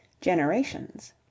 generations